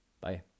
Bye